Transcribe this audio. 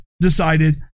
decided